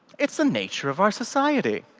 it's the nature of our society.